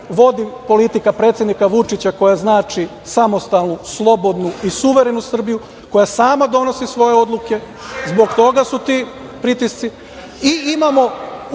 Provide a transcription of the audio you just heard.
vodi politika predsednika Vučića koja znači samostalnu, slobodnu i suverenu Srbiju, koja sama donosi svoje odluke, zbog toga su ti pritisci